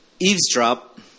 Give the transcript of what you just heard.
eavesdrop